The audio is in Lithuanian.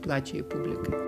plačiai publikai